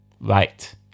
Right